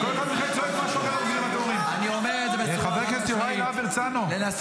כל אחד מכם צועק משהו אחר --- החובה שלכם היא להחזיר את אלה שנחטפו